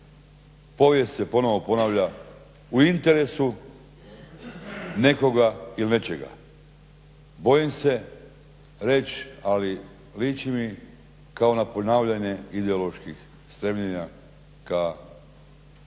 Povijest se ponovno ponavlja u interesu nekog ili nečega. Bojim se reći ali liči mi na ponavljanje ideoloških stremljenja k